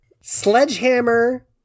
Sledgehammer